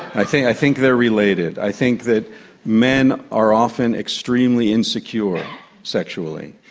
i think i think they are related. i think that men are often extremely insecure sexually.